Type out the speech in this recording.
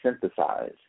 synthesize